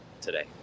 today